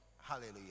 Hallelujah